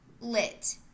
lit